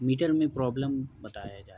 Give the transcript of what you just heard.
metre میں problem بتایا جا رہا